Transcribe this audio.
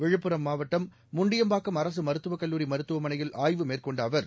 விழுப்புரம் மாவட்டம் முண்டியம்பாக்கம் அரசு மருத்துவக் கல்லூரி மருத்துவமனையில் ஆய்வு மேற்கொண்ட அவர்